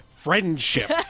friendship